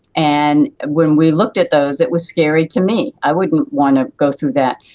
and when we looked at those it was scary to me. i wouldn't want to go through that.